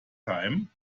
time